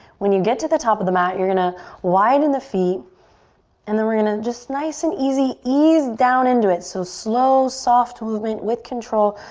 when you get to the top of the mat, you're gonna widen the feet and then we're gonna just nice and easy, ease down into it. so slow soft movement with control,